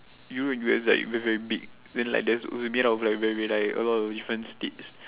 Europe and U_S like very very big then like there's also made up like a lot of different states